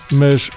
mas